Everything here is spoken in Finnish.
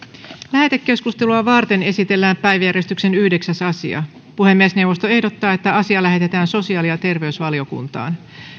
lähetekeskustelua varten esitellään päiväjärjestyksen yhdeksäs asia puhemiesneuvosto ehdottaa että asia lähetetään sosiaali ja terveysvaliokuntaan